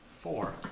four